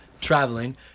traveling